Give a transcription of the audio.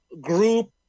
group